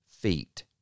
feet